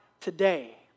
today